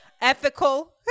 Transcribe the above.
Ethical